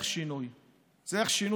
אך יש להם בעיה אחת,